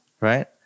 right